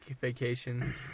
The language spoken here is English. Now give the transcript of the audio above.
vacation